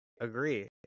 Agree